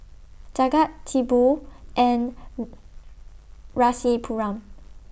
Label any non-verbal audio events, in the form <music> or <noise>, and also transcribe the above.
Jagat Tipu and <noise> Rasipuram